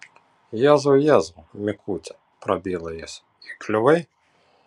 jėzau jėzau mikuti prabilo jis įkliuvai